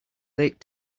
late